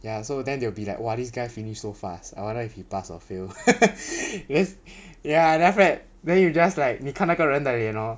ya so then they'll be like !wah! this guy finished so fast I wonder if he pass or fail then ya after that then you just like 你看那个人的脸 hor